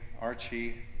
Archie